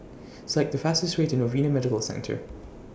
Select The fastest Way to Novena Medical Centre